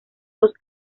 dos